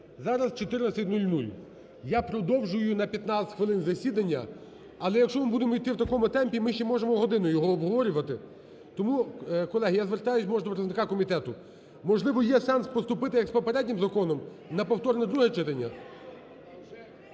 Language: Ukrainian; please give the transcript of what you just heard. зараз 14.00 Я продовжую на 15 хвилин засідання. Але якщо ми будемо йти в такому темпі, ми ще можемо годину його обговорювати. Тому, колеги, я звертаюсь до представника комітету. Можливо, є сенс поступити, як з попереднім законом, – на повторне друге читання?